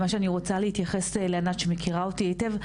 מה שאני רוצה להתייחס לענת שמכירה אותי היטב,